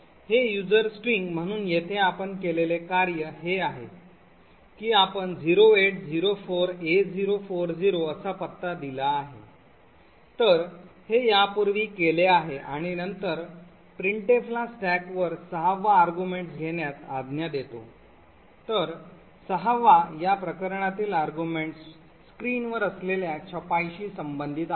हे user string म्हणून येथे आपण केलेले कार्य हे आहे की आपण 0804a040 असा पत्ता दिला आहे तर हे यापूर्वी केले आहे आणि नंतर printf ला स्टॅकवर सहावा arguments घेण्यास आज्ञा देतो तर सहावा या प्रकरणातील arguments स्क्रीनवर असलेल्या छपाईशी संबंधित आहे